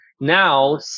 now